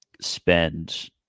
spend